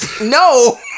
no